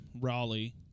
Raleigh